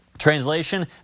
Translation